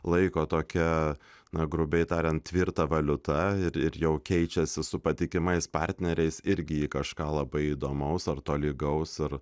laiko tokia na grubiai tariant tvirta valiuta ir jau keičiasi su patikimais partneriais irgi į kažką labai įdomaus ar tolygaus ar